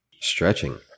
stretching